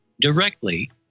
directly